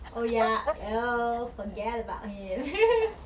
oh ya oh forget about him